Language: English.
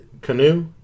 canoe